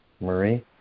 Marie